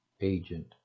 agent